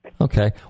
Okay